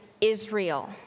Israel